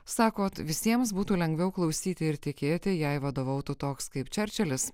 sakot visiems būtų lengviau klausyti ir tikėti jei vadovautų toks kaip čerčilis